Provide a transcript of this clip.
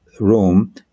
room